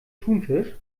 thunfisch